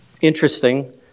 interesting